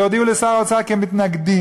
והודיעו לשר האוצר כי הם מתנגדים,